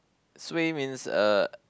suay means uh